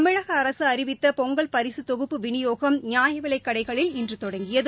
தமிழக அரசு அறிவித்த பொங்கல் பரிசுத் தொகுப்பு விநியோகம் நியாயவிலைக் கடைகளில் இன்று தொடங்கியது